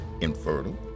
infertile